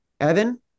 Evan